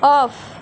of